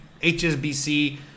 HSBC